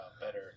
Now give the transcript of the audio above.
better